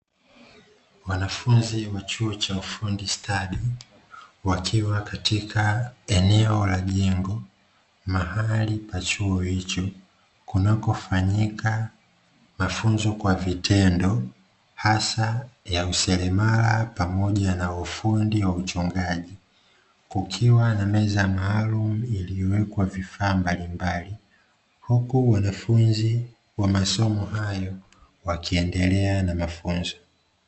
Wanafunzi wa chuo cha ufundi stadi wakiwa katika eneo la jengo mahali pa chuo hicho, kunakofanyika mafunzo kwa vitendo hasa ya useremala pamoja na ufundi wa uchongaji, kukiwa na meza maalumu iliyoweka vifaa mbalimbali huku wanafunzi wa masomo hayo wakiendelea na mafunzo.